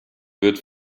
wird